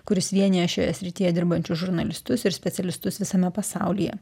kuris vienija šioje srityje dirbančius žurnalistus ir specialistus visame pasaulyje